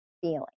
feeling